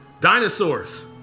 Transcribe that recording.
Dinosaurs